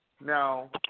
Now